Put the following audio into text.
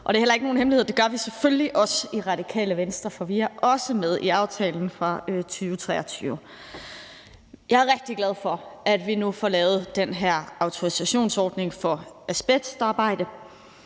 Det er heller ikke nogen hemmelighed, at det gør vi selvfølgelig også i Radikale Venstre, for vi er også med i aftalen fra 2023. Jeg er rigtig glad for, at vi nu får lavet den her autorisationsordning for asbestarbejde.